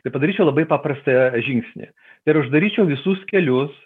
tai padaryčiau labai paprastą žingsnį ir uždaryčiau visus kelius